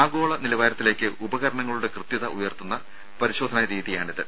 ആഗോള നിലവാരത്തിലേക്ക് ഉപകരണങ്ങളുടെ കൃത്യത ഉയർത്തുന്ന പരിശോധനാ രീതിയാണിത്